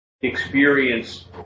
experience